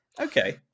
Okay